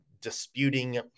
disputing